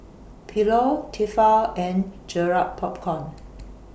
Pilot Tefal and Garrett Popcorn